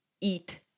eat